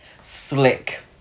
slick